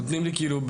נתנו לי בחופשיות.